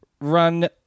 run